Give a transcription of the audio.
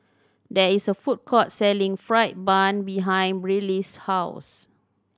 there is a food court selling fried bun behind Brylee's house